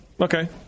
Okay